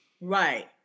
Right